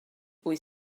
wyt